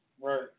Right